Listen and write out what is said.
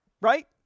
right